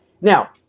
Now